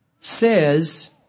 says